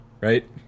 right